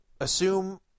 assume